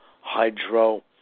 hydro